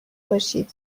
باشید